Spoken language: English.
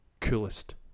coolest